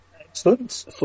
Excellent